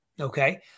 okay